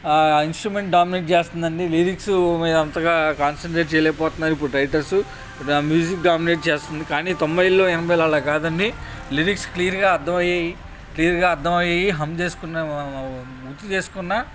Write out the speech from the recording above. instrument dominate చేస్తందండి lyrics అంతగా concentrate చేయలేకపోతున్నారు ఇప్పుడు రైటర్సు మ్యూజిక్ డామినేట్ చేస్తుంది కానీ తొంభైలో ఎనభైలో అలా కాదండి లిరిక్స్ క్లియర్గా అర్థమై క్లియర్గా అర్థమై హమ్ చేసుకునే గుర్తు చేసుకున్నా